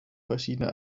verschiedene